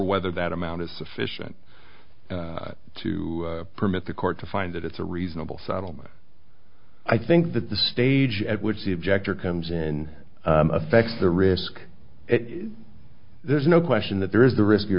whether that amount is sufficient to permit the court to find that it's a reasonable settlement i think that the stage at which the objector comes in affects the risk there's no question that there is the risk you're